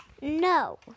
No